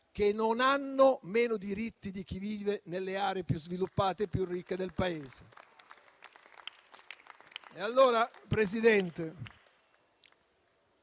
che non hanno meno diritti di chi vive nelle aree più sviluppate e più ricche del Paese.